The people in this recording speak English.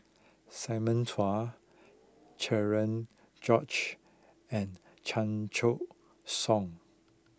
Simon Chua Cherian George and Chan Choy Siong